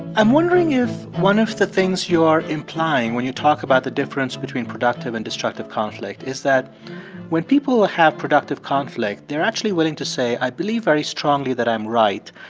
i'm wondering if one of the things you are implying when you talk about the difference between productive and destructive conflict is that when people have productive conflict, they're actually willing to say, i believe very strongly that i'm right,